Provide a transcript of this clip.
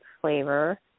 flavor